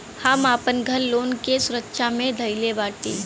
हम आपन घर लोन के सुरक्षा मे धईले बाटी